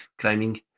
climbing